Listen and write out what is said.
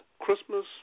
Christmas